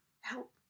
Help